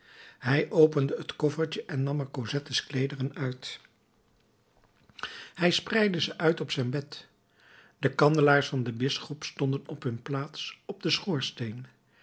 hij opende het koffertje en nam er cosettes kleederen uit hij spreidde ze uit op zijn bed de kandelaars van den bisschop stonden op hun plaats op den schoorsteen